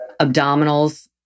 abdominals